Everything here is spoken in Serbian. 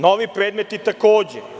Novi predmeti, takođe.